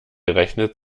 rechnet